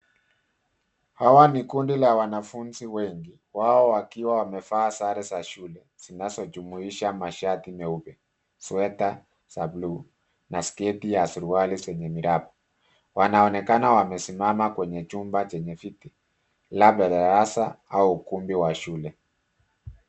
Hawa ni kundi la wanafunzi wengi, wao wakiwa wamevaa sare za shule zinazojumuisha mashati meupe, sweater za blue na sketi za suruali zenye miraba. Wanaonekana wamesimama kwenye chumba chenye viti, labda darasa au ukumbi wa shule.